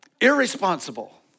Irresponsible